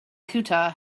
ceuta